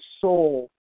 soul